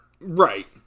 Right